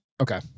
Okay